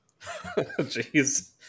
Jeez